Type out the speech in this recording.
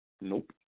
Nope